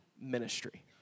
ministry